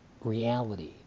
reality